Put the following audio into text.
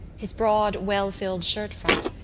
his broad, well-filled shirt-front,